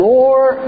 more